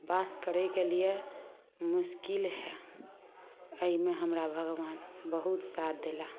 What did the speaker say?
वास करयके लिए मस्किल अइमे हमरा भगवान बहुत साथ देला